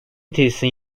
tesisin